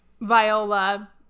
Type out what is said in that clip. Viola